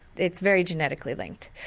it's very genetically linked,